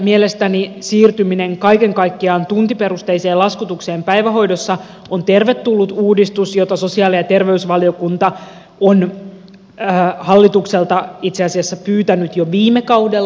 mielestäni siirtyminen kaiken kaikkiaan tuntiperusteiseen laskutukseen päivähoidossa on tervetullut uudistus jota sosiaali ja terveysvaliokunta on hallitukselta itse asiassa pyytänyt jo viime kaudella